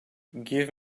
give